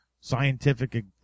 scientific